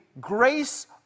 grace